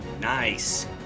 Nice